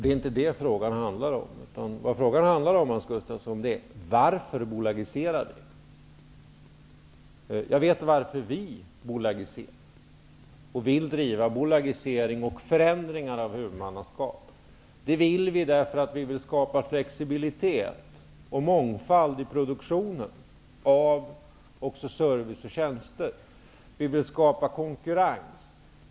Det är alltså inte det som frågan handlar om. I stället handlar frågan om varför ni bolagiserar. Jag vet varför vi bolagiserar och vill driva frågor om bolagiseringar och förändringar av huvudmannaskap. Anledningen är att vi vill skapa flexibilitet och mångfald också i produktionen av service och tjänster. Vi vill skapa konkurrens.